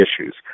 issues